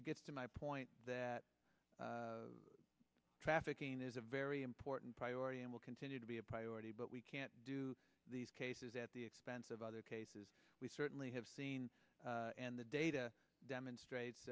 o my point that trafficking is a very important priority and will continue to be a priority but we can't do these cases at the expense of other cases we certainly have seen and the data demonstrate